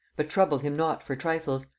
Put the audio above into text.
but trouble him not for trifles.